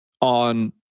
on